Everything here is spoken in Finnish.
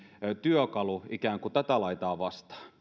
työkalu ikään kuin tätä laitaa vastaan